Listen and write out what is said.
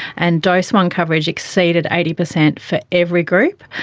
and dose one coverage exceeded eighty percent for every group,